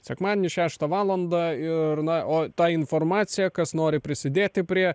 sekmadienį šeštą valandą ir na o tą informaciją kas nori prisidėti prie